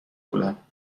بودم